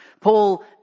Paul